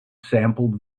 sampled